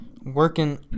working